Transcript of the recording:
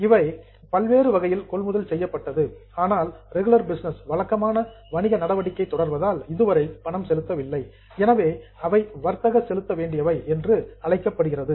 இவை various purchases பல்வேறு வகையில் கொள்முதல் செய்யப்பட்டது ஆனால் ரெகுலர் பிசினஸ் வழக்கமான வணிக நடவடிக்கை தொடர்வதால் இதுவரை பணம் செலுத்தவில்லை எனவே அவை வர்த்தக செலுத்த வேண்டியவை என அழைக்கப்படுகிறது